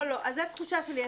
לא, אז זו התחושה שלי.